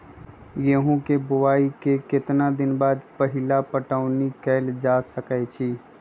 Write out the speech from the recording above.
गेंहू के बोआई के केतना दिन बाद पहिला पटौनी कैल जा सकैछि?